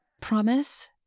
Promise